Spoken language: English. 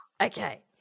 Okay